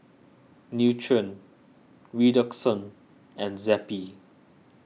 Nutren Redoxon and Zappy